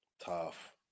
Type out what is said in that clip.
Tough